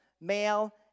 male